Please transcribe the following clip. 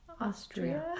Austria